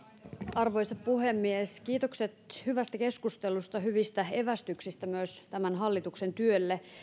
arvoisa puhemies kiitokset hyvästä keskustelusta myös hyvistä evästyksistä tämän hallituksen työlle